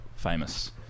famous